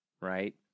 right